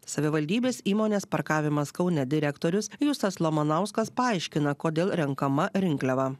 savivaldybės įmonės parkavimas kaune direktorius justas lamanauskas paaiškina kodėl renkama rinkliava